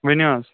ؤنِو حظ